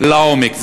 לעומק.